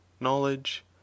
knowledge